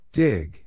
dig